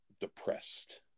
depressed